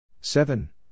Seven